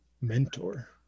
mentor